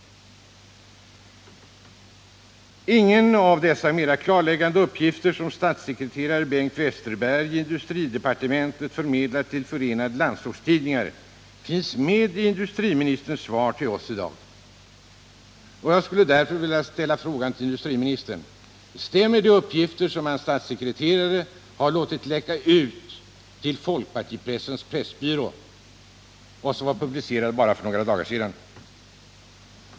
Inga av dessa mer klarläggande uppgifter, som statssekreterare Bengt Westerberg i industridepartementet förmedlat till Förenade landsortstidningar, finns med i industriministerns svar till oss i dag. Jag skulle därför vilja ställa frågan till industriministern: Stämmer de uppgifter som hans statssekreterare har låtit läcka ut till folkpartipressens pressbyrå och som var publicerade bara för några dagar sedan?